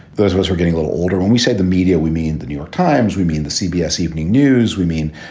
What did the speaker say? those words we're getting a little older. when we say the media, we mean the new york times. we mean the cbs evening news. we mean